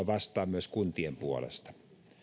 vastaan myös kuntien puolesta